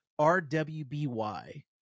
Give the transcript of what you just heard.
rwby